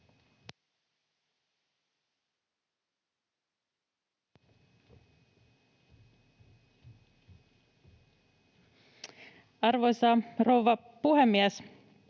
Arvoisa rouva puhemies!